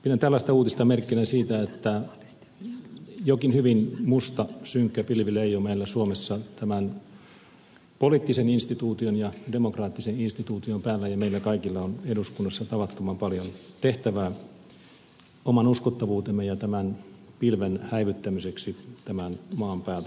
pidän tällaista uutista merkkinä siitä että jokin hyvin musta synkkä pilvi leijuu meillä suomessa tämän poliittisen instituution ja demokraattisen instituution päällä ja meillä kaikilla on eduskunnassa tavattoman paljon tehtävää oman uskottavuutemme ja tämän pilven häivyttämiseksi tämän maan päältä